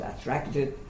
attracted